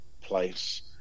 place